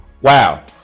wow